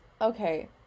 Okay